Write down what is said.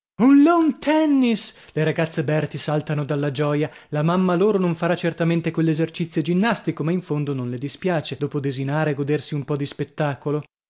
posta un lawn tennis le ragazze berti saltano dalla gioia la mamma loro non farà certamente quell'esercizio ginnastico ma in fondo non le dispiace dopo desinare godersi un po di spettacolo